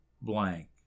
blank